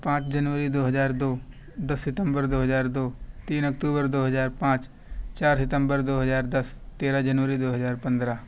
پانچ جنوری دو ہزار دو ستمبر دو ہزار دو تین اکتوبر دو ہزار پانچ چار ستمبر دو ہزار دس تیرہ جنوری دو ہزار پندرہ